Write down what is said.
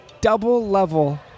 double-level